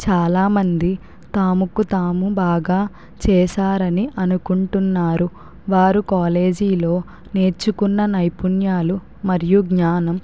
చాలామంది తాముకు తాము బాగా చేశారని అనుకుంటున్నారు వారు కాలేజీలో నేర్చుకున్న నైపుణ్యాలు మరియు జ్ఞానం